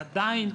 עדיין,